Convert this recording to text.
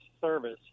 service